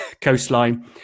coastline